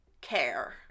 care